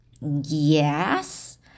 Yes